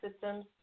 systems